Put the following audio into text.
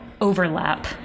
overlap